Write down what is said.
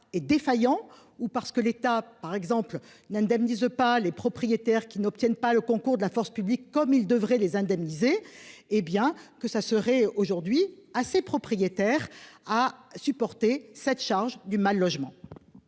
est défaillant ou parce que l'État par exemple n'indemnise pas les propriétaires qui n'obtiennent pas le concours de la force publique comme ils devraient les indemniser. Hé bien que ça serait aujourd'hui à ses propriétaires à supporter cette charge du mal logement.